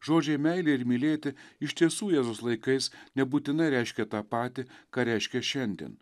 žodžiai meilė ir mylėti iš tiesų jėzaus laikais nebūtinai reiškė tą patį ką reiškia šiandien